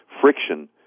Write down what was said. friction